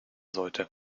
sollte